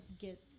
get